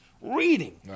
reading